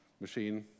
machine